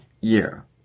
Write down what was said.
year